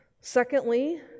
secondly